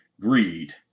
Greed